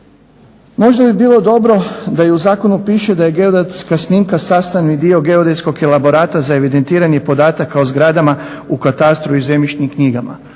Možda bi bilo dobro da i u zakonu piše da je geodetska snimka sastavni dio geodetskog elaborata za evidentiranje podataka o zgradama u katastru i zemljišnim knjigama.